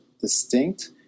distinct